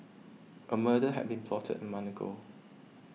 a murder had been plotted a month ago